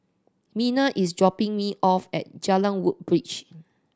is dropping me off at Jalan Woodbridge